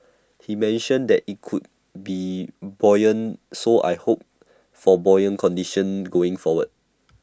he mentioned that IT could be buoyant so I hope for buoyant conditions going forward